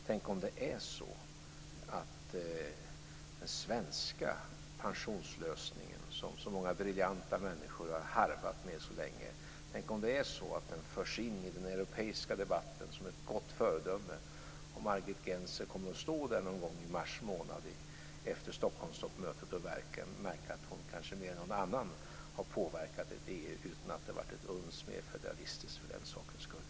Tänk om den svenska pensionslösningen, som så många briljanta människor har harvat med så länge, förs in i den europeiska debatten som ett gott föredöme, och Margit Gennser står där någon gång i mars efter Stockholmstoppmötet, och märker att hon kanske mer än någon annan har påverkat EU utan att det varit ett uns mer federalistiskt för den sakens skull.